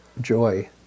joy